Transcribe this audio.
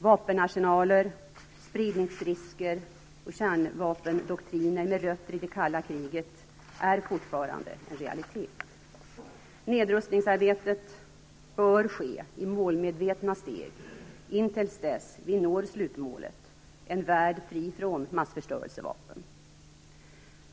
Vapenarsenaler, spridningsrisker och kärnvapendoktriner med rötter i det kalla kriget är fortfarande en realitet. Nedrustningsarbetet bör ske i målmedvetna steg, intill dess vi når slutmålet - en värld fri från massförstörelsevapen.